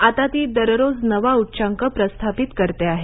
आता ती दररोज नवा उच्चांक प्रस्थापित करते आहे